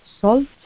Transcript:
salt